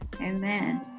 amen